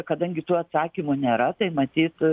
kadangi tų atsakymų nėra tai matyt